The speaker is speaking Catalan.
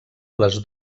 les